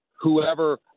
whoever